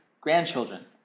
grandchildren